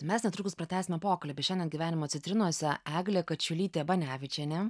mes netrukus pratęsime pokalbį šiandien gyvenimo citrinose eglė kačiulytė banevičienė